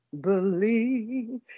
believe